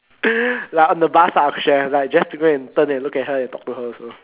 like on the bus I should have like just go and turn and look at her and talk to her also